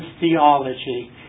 theology